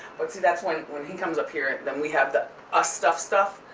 but see that's why when he comes up here then we have the us stuff stuff,